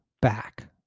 back